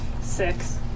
six